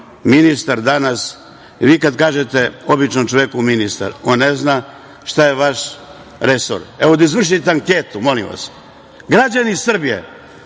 ministar danas… Kad kažete običnom čoveku ministar, on ne zna šta je vaš resor. Da izvršite anketu, molim vas, građani Srbije